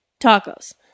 tacos